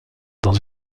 dans